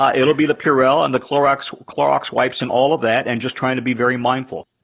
ah it'll be the purell and the clorox clorox wipes and all of that, and just trying to be very mindful.